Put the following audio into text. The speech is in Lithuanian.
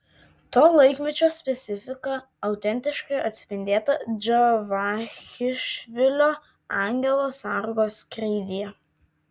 to laikmečio specifika autentiškai atspindėta džavachišvilio angelo sargo skrydyje